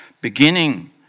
Beginning